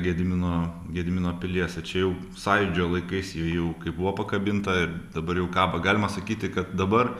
gedimino gedimino pilies tai čia jau sąjūdžio laikais ji jau kai buvo pakabinta ir dabar jau kabo galima sakyti kad dabar